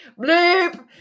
Bloop